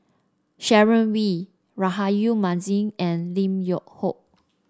Sharon Wee Rahayu Mahzam and Lim Yew Hock